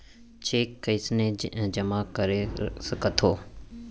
Cheque कईसने जेमा कर सकथो?